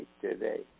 today